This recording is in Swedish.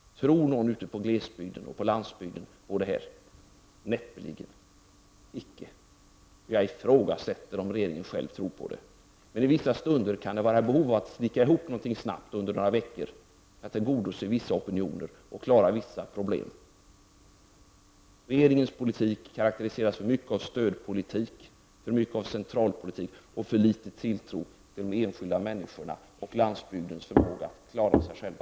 Tror någon ute i glesbygden eller på landsbygden på detta? Näppeligen. Jag ifrågasätter om regeringen själv tror på det. Men i vissa stunder kan det finnas behov av att snickra ihop något snabbt under ett par veckor för att tillgodose vissa opinioner och klara vissa problem. Regeringens politik karakteriseras för mycket av stödpolitik och central politik och för litet av tilltro till de enskilda människorna och landsbygdens förmåga att klara sig själv.